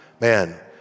man